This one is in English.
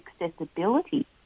accessibility